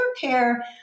care